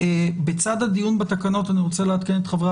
בצד הדיון בתקנות אני רוצה לעדכן את חברי